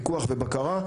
פיקוח ובקרה.